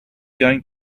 going